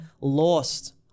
lost